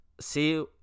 See